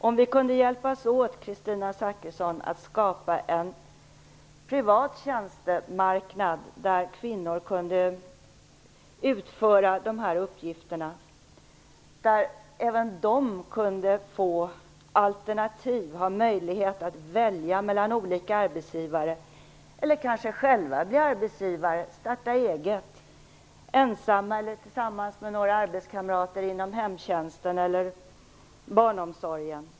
Tänk om vi, Kristina Zakrisson, kunde hjälpas åt med att skapa en privat tjänstemarknad där kvinnor kunde utföra de här uppgifterna, där det även för kvinnorna fanns alternativ - där kvinnorna hade möjlighet att välja mellan olika arbetsgivare eller kanske själva starta eget, ensamma eller tillsammans med arbetskamrater, och bli arbetsgivare inom hemtjänsten eller barnomsorgen.